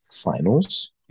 finals